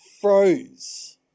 froze